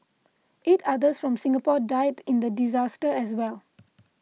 eight others from Singapore died in the disaster as well